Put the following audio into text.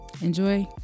Enjoy